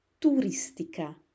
turistica